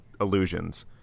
illusions